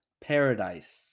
paradise